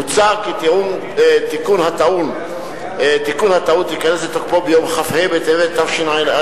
מוצע כי תיקון הטעות ייכנס לתוקפו ביום כ"ה בטבת התשע"א,